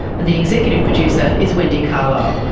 and the executive producer is wendy carlisle.